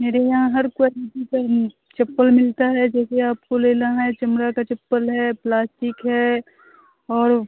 मेरे यहाँ हर क्वेलिटी का ही चप्पल मिलता है जैसे आपको लेना है चमड़ा का चप्पल है प्लास्टिक है और